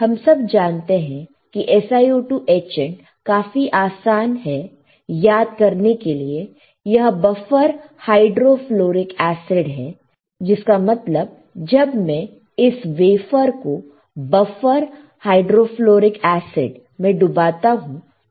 हम सब जानते हैं SiO2 एचेंट काफी आसान है याद करने के लिए यह बफर हाइड्रोफ्लोरिक एसिड है का मतलब जब मैं इस वेफर को बफर हाइड्रोफ्लोरिक एसिड में डूबाता हूं तो क्या होगा